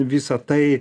visa tai